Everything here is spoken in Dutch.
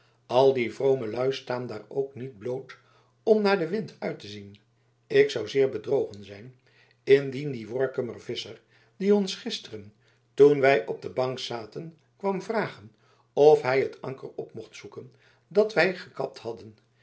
al die vrome lui staan daar ook niet bloot om naar den wind uit te zien ik zou zeer bedrogen zijn indien die workummer visscher die ons gisteren toen wij op de bank zaten kwam vragen of hij het anker op mocht zoeken dat wij gekapt hadden